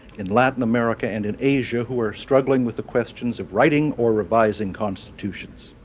in latin america, and in asia who are struggling with the questions of writing or revising constitutions?